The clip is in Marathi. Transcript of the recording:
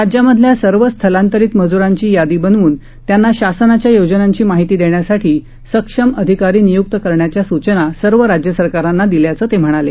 राज्यांमधल्या सर्व स्थलांतरीत मजूरांची यादी बनवून त्यांना शासनाच्या योजनांची माहिती देण्यासाठी सक्षम अधिकारी नियुक्त करण्याच्या सूचना सर्व राज्य सरकारांना दिल्याचं ते म्हणाले